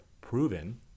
proven